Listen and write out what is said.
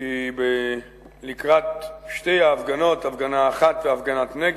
כי לקראת שתי ההפגנות, הפגנה אחת והפגנת נגד,